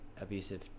abusive